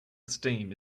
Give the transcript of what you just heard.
esteem